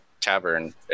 tavern